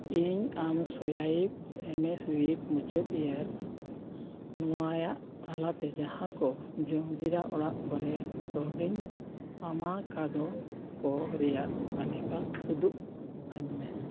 ᱤᱧ ᱟᱢ ᱥᱚᱭᱟᱭᱤᱯ ᱮᱢᱮᱥᱣᱤᱯ ᱢᱩᱪᱟᱹᱫ ᱮᱭᱟᱨ ᱱᱚᱣᱟ ᱛᱟᱞᱟᱛᱮ ᱡᱟᱦᱟᱸ ᱠᱚ ᱡᱚᱢᱡᱤᱨᱟᱹᱣ ᱚᱲᱟᱜ ᱠᱚᱨᱮ ᱠᱟᱹᱣᱰᱤᱧ ᱧᱟᱢ ᱟᱠᱟᱫᱚ ᱠᱚ ᱨᱮᱭᱟᱜ ᱛᱟᱹᱞᱤᱠᱟ ᱩᱫᱩᱜ ᱟᱹᱧᱢᱮ